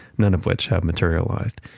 none of which have materialized,